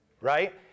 right